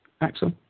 Axel